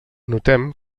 notem